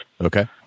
Okay